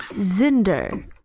Zinder